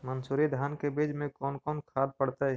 मंसूरी धान के बीज में कौन कौन से खाद पड़तै?